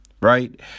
right